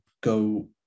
go